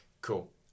Cool